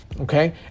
Okay